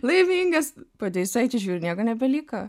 laimingas po dviejų savaičių žiūri nieko nebeliko